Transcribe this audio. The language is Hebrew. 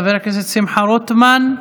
חבר הכנסת שמחה רוטמן.